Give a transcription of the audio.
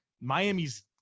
Miami's